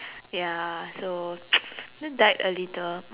ya so you know died a little